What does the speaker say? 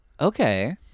Okay